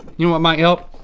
you want my help?